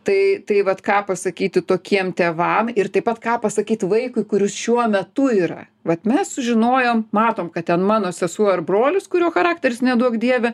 tai tai vat ką pasakyti tokiem tėvam ir taip pat ką pasakyt vaikui kuris šiuo metu yra vat mes sužinojom matom kad ten mano sesuo ar brolis kurio charakteris neduok dieve